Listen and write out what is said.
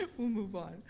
ah we'll move on.